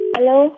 Hello